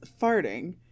farting